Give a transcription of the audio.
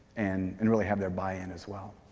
and and really have their buy in as well.